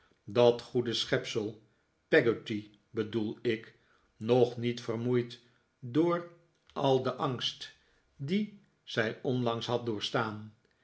dat goede schepsel peggotty bedoel ik nog niet vermoeid door al den angst dien zij onlangs had doorstaan